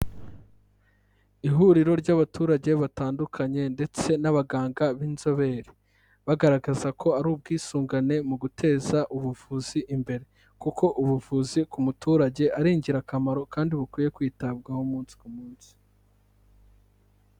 Ihuriro ry'abaturage batandukanye ndetse n'abaganga b'inzobere. Bagaragaza ko ari ubwisungane mu guteza ubuvuzi imbere; kuko ubuvuzi ku muturage ari ingirakamaro kandi bukwiye kwitabwaho umunsi ku munsi.